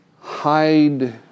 hide